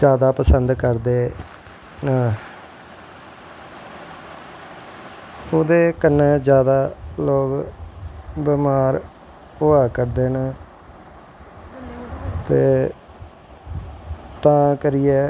जादा पसंद करदे नै ओह्दे कन्नैं जादा लोग बमार होआ करदे न ते तां करियै